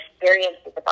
experiences